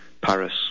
Paris